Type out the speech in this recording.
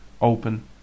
open